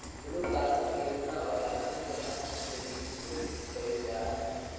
blue carbon परियोजना और कार्यक्रम के माध्यम से वित्तपोषित कइल जा हइ